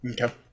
okay